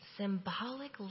Symbolic